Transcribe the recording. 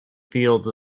fields